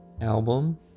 album